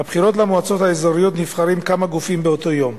בבחירות למועצות האזוריות נבחרים כמה גופים באותו היום.